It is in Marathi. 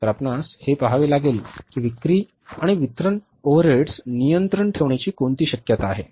तर आपणास हे पहावे लागेल की विक्री आणि वितरण ओव्हरहेड्सवर नियंत्रण ठेवण्याची कोणती शक्यता आहे